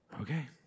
Okay